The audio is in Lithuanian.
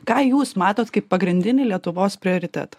ką jūs matote kaip pagrindinį lietuvos prioritetą